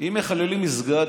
אם מחללים מסגד,